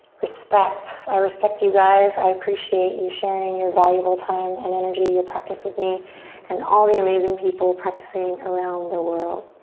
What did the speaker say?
respect. i respect you guys. i appreciate you sharing your valuable time and energy, your practice with me and all the amazing people practicing around the world.